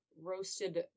roasted